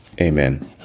amen